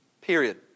Period